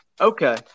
Okay